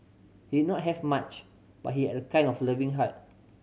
he not have much but he had a kind and loving heart